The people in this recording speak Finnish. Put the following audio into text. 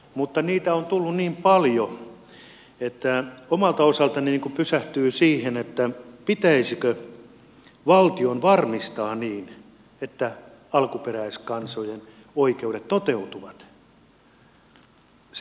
mutta niitä on tullut niin paljon että omalta osaltani ne pysähtyvät siihen pitäisikö valtion varmistaa niin että alkuperäiskansojen oikeudet toteutuvat